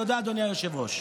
תודה, אדוני היושב-ראש.